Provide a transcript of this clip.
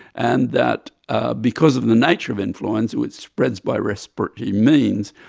and that ah because of the nature of influenza which spreads by respiratory means,